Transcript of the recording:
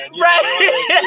Right